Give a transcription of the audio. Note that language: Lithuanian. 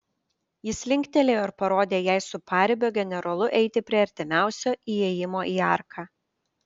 jis linktelėjo ir parodė jai su paribio generolu eiti prie artimiausio įėjimo į arką